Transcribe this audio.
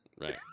Right